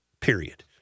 period